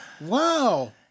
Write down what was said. Wow